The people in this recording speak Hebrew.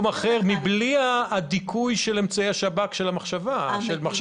אפילו שבהן לא היו אמצעי דיכוי המחשבה של השב"כ?